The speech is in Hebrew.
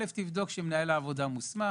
לבדוק שמנהל העבודה מוסמך,